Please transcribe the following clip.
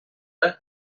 але